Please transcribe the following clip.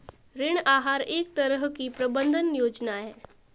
ऋण आहार एक तरह की प्रबन्धन योजना है